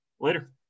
Later